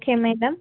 okay madam